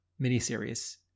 miniseries